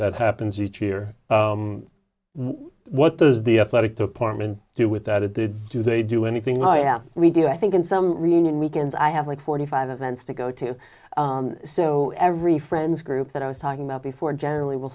that happens each year what does the athletic department do with that it they do they do anything oh yeah we do i think in some reunion weekend i have like forty five events to go to so every friends group that i was talking about before generally will